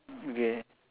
okay